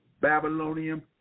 Babylonian